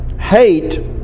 hate